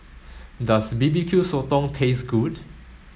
does B B Q Sotong taste good